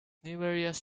numerous